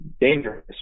dangerous